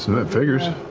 that figures.